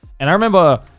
and i remember,